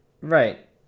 right